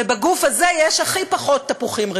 ובגוף הזה יש הכי פחות תפוחים רקובים.